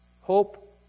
hope